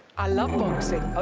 i love boxing. oh,